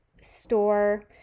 store